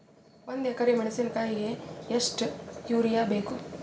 ಒಂದ್ ಎಕರಿ ಮೆಣಸಿಕಾಯಿಗಿ ಎಷ್ಟ ಯೂರಿಯಬೇಕು?